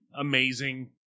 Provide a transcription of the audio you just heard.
amazing